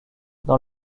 dans